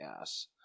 ass